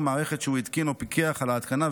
מערכת שהוא התקין או פיקח על ההתקנה שלה,